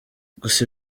gusa